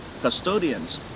custodians